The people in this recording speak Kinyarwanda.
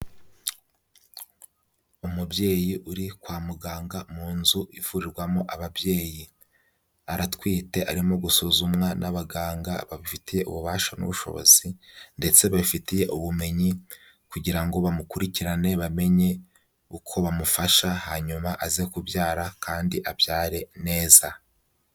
Umubyeyi uri kwa muganga mu nzu ivurwamo ababyeyi, aratwite, arimo gusuzumwa n'abaganga babifitiye ububasha n'ubushobozi ndetse babifitiye ubumenyi kugira ngo bamukurikirane, bamenye uko bamufasha hanyuma aze kubyara kandi abyare neza.